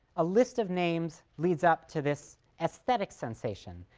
a list of names leads up to this aesthetic sensation,